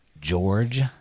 George